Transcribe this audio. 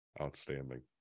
Outstanding